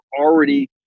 already